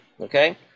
Okay